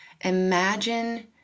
Imagine